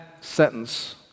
sentence